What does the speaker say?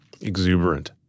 exuberant